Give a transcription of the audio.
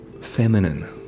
feminine